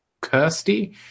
Kirsty